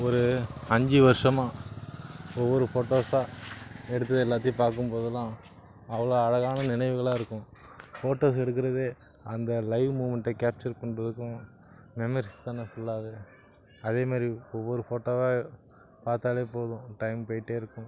ஒரு அஞ்சு வருஷமா ஒவ்வொரு ஃபோட்டோஸாக எடுத்து எல்லாத்தையும் பார்க்கும் போதெல்லாம் அவ்வளோ அழகான நினைவுகளாக இருக்கும் ஃபோட்டோஸ் எடுக்கிறதே அந்த லைவ் மூவ்மெண்ட்டை கேப்ச்சர் பண்ணுறதுக்கும் மெமரீஸ் தாங்க ஃபுல்லாவே அதே மாதிரி ஒவ்வொரு ஃபோட்டோவாக பார்த்தாலே போதும் டைம் போயிட்டே இருக்கும்